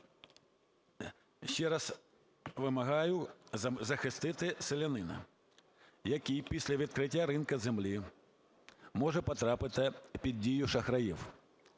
ще раз вимагаю захистити селянина, який після відкриття ринку землі може потрапити під дію шахраїв.